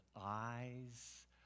eyes